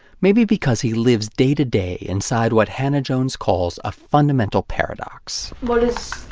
maybe because he lives day-to-day inside what hannah-jones calls a fundamental paradox. what